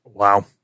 Wow